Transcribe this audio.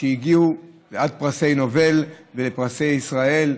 שהגיעו עד פרסי נובל ופרסי ישראל,